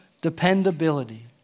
dependability